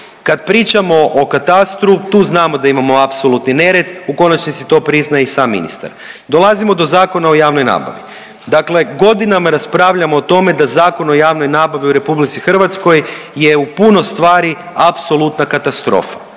Kad pričamo o katastru, tu znamo da imamo apsolutni nered, u konačnici to priznaje i sam ministar. Dolazimo do Zakona o javnoj nabavi. Dakle, godinama raspravljamo o tome da Zakon o javnoj nabavi u RH je u puno stvari apsolutna katastrofa,